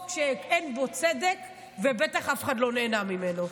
שאין בו צדק ובטח אף אחד לא נהנה ממנו,